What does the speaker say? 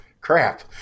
crap